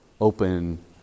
open